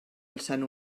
alçant